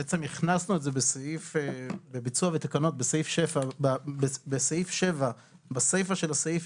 בעצם הכנסנו את זה בביצוע התקנות בסעיף 7 בסיפה של הסעיף,